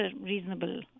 reasonable